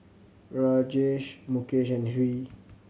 Rajesh Mukesh and Hri